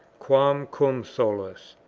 quam cum solus.